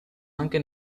anche